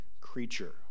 creature